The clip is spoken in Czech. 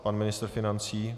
Pan ministr financí?